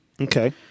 okay